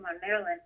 Maryland